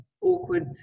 awkward